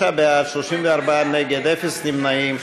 43 בעד, 34 נגד, אפס נמנעים.